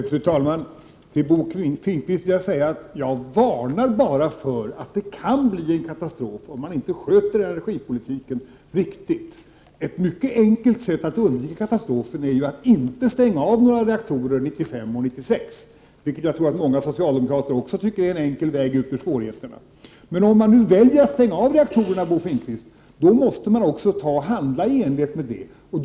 Fru talman! Till Bo Finnkvist vill jag säga att jag bara varnar för att det kan bli en katastrof om man inte sköter energipolitiken på ett riktigt sätt. Ett mycket enkelt sätt att undvika katastrofen är ju att inte stänga av några reaktorer 1995 och 1996, vilket jag tror att många socialdemokrater också tycker är en enkel väg ut ur svårigheterna. Men om man nu väljer att stänga av reaktorerna, Bo Finnkvist, måste man också handla i enlighet med detta.